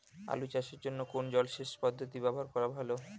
আলু চাষের জন্য কোন জলসেচ পদ্ধতি ব্যবহার করা ভালো?